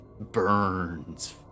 burns